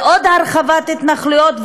ועוד הרחבת התנחלויות,